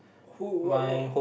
who what what